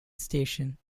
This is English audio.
station